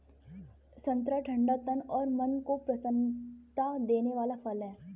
संतरा ठंडा तन और मन को प्रसन्नता देने वाला फल है